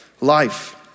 life